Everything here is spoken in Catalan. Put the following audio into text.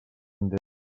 dent